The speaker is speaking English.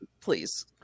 please